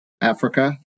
Africa